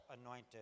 anointed